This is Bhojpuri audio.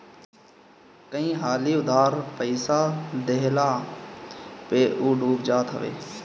कई हाली उधार पईसा देहला पअ उ डूब जात हवे